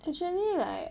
actually like